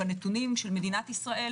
בנתונים של מדינת ישראל,